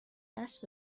دست